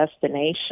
destination